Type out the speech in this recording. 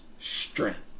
Strength